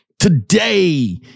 today